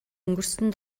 өнгөрсөн